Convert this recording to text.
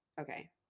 Okay